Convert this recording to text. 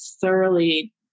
thoroughly